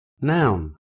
Noun